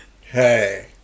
hey